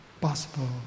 possible